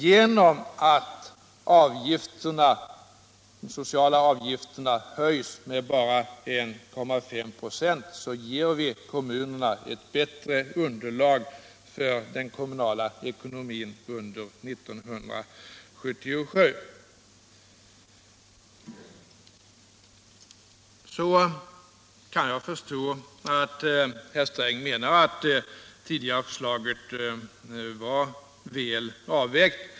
Genom att de sociala avgifterna höjs med bara 1,5 96 ger vi kommunerna ett bättre underlag för den kommunala ekonomin under 1977. Jag kan förstå att herr Sträng menar att det tidigare förslaget var väl avvägt.